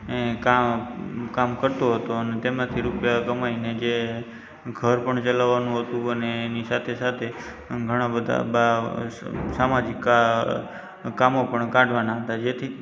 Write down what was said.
મેં કા કામ કરતો હતો તેમાંથી રૂપિયા કમાઈને જે ઘર પણ ચલાવવાનું હતું અને એની સાથે સાથે ઘણા બધા બા સામાજિક કા કામો પણ કાઢવાના હતા જેથી